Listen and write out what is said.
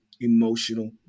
emotional